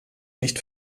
nicht